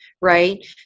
right